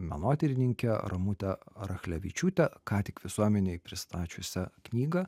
menotyrininkė ramutė rachlevičiūtė ką tik visuomenei pristačiusią knygą